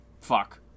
fuck